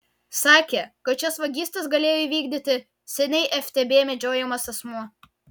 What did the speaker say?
sakė kad šias vagystes galėjo įvykdyti seniai ftb medžiojamas asmuo